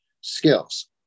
skills